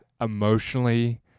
emotionally